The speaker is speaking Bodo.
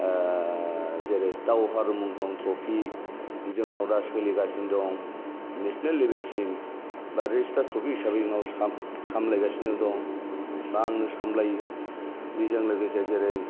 जेरै दावहारु मुंख्लं ट्रफि जोंनाव दा सोलिगासोन दं नेसनेल लेबेलसिम बा रेजिस्टार ट्रफि हिसाबै सामलायगासिनो दं बा आंनो सामलायो बेजों लोगोसे जेरै